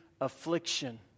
affliction